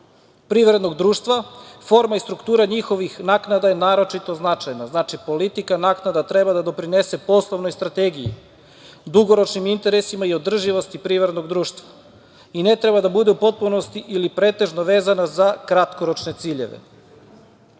privrednog društva, forma i struktura njihovih naknada je naročito značajna. Znači, politika naknada treba da doprinose poslovnoj strategiji, dugoročnim interesima i održivosti privrednog društva i ne treba da bude u potpunosti ili pretežno vezana za kratkoročne